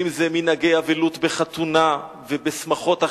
ואם זה מנהגי אבלות בחתונה ובשמחות אחרות,